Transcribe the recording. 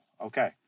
Okay